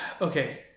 okay